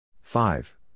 Five